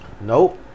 Nope